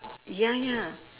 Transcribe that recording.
ya ya